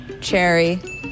cherry